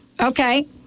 Okay